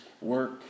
work